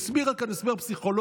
היא הסבירה כאן הסבר פסיכולוגי,